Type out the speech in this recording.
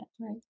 Right